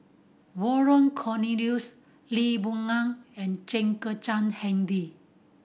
Vernon Cornelius Lee Boon Ngan and Chen Kezhan Henri